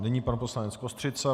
Nyní pan poslanec Kostřica.